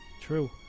True